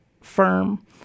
firm